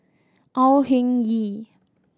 Au Hing Yee